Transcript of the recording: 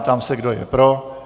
Ptám se, kdo je pro.